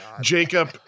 jacob